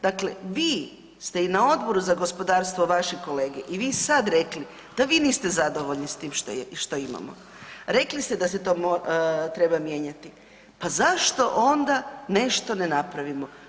Dakle, vi ste i na Odboru za gospodarstvo vaše kolege i vi sad rekli da vi niste zadovoljni s tim što imamo, rekli ste da se treba mijenjati pa zašto onda nešto ne napravimo?